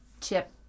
chip